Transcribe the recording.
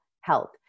health